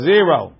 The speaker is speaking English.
Zero